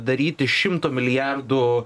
daryti šimto milijardų